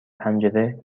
پنجره